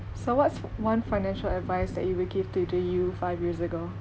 so what's one financial advice that you will give to the you five years ago